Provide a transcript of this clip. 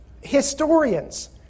historians